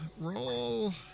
Roll